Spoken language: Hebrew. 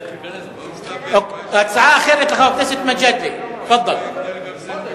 הצעה אחרת, לחבר הכנסת מג'אדלה, תפאדל.